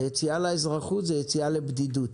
היציאה לאזרחות זו יציאה לבדידות.